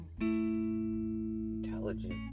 Intelligent